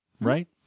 Right